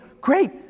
great